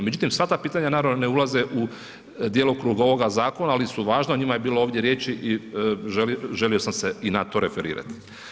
Međutim, sva ta pitanja naravno ne ulaze u djelokrug ovoga zakona, ali su važna, o njima je bilo ovdje riječi i želio sam se i na to referirati.